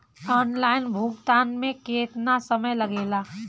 Online भुगतान में केतना समय लागेला?